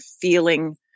feeling